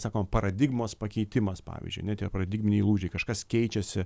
sakom paradigmos pakeitimas pavyzdžiui ane tie paradigminiai lūžiai kažkas keičiasi